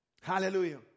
hallelujah